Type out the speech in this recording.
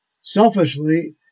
selfishly